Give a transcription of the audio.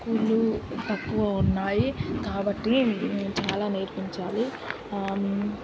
స్కూళ్ళు తక్కువ ఉన్నాయి కాబట్టి చాలా నేర్పించాలి